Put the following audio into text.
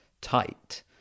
tight